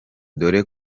dore